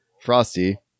frosty